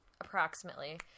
approximately